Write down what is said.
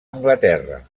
anglaterra